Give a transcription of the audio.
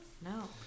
No